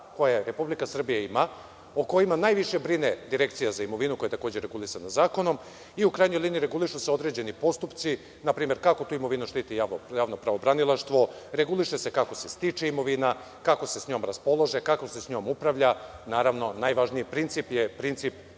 koja Republika Srbija ima, o kojima najviše brine Direkcija za imovinu, koja je takođe regulisana zakonom, i u krajnjoj liniji regulišu se određeni postupci, npr. kako tu imovinu štiti javno pravobranilaštvo, reguliše se kako se stiče imovina, kako se s njom raspolaže, kako se s njom upravlja. Naravno, najvažniji princip je, princip